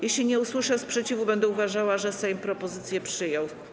Jeśli nie usłyszę sprzeciwu, będę uważała, że Sejm propozycje przyjął.